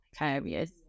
areas